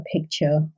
picture